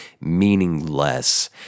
meaningless